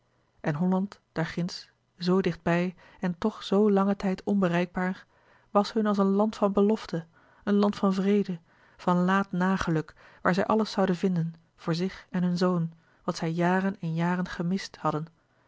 en holland daarginds zoo dichtbij en toch zoo langen tijd onbereikbaar was hun als een land van belofte een land van vrede van laat na geluk waar zij alles zouden vinden voor zich en hun zoon wat zij jaren en jaren gemist hadden